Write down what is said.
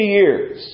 years